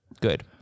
Good